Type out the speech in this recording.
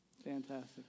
fantastic